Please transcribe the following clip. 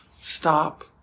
stop